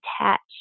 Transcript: attached